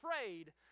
afraid